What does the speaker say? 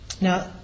Now